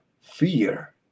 fear